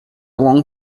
long